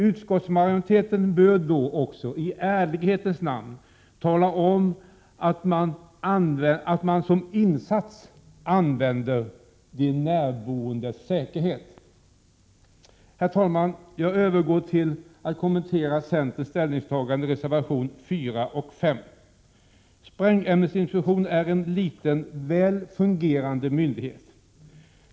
Utskottsmajoriteten bör då också i ärlighetens namn tala om att insatsen är att man äventyrar de närboendes säkerhet. Herr talman! Jag övergår så till att kommentera centerns ställningstaganden i reservationerna 4 och 5. Sprängämnesinspektionen är en liten, väl fungerande myndighet.